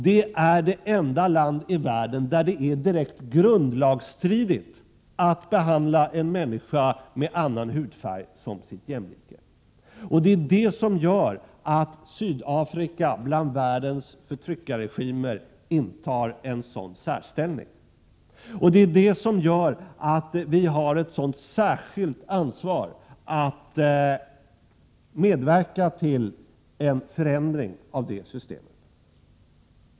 Det är det enda land i världen där det är direkt grundlagsstridigt att behandla en människa med annan hudfärg som sin jämlike. Det är det som gör att Sydafrika intar en sådan särställning bland världens förtryckarregimer. Det är det som gör att vi har ett sådant ansvar att medverka till en förändring av det systemet.